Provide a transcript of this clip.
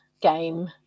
game